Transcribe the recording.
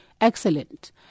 excellent